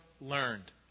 learned